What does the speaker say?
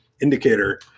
indicator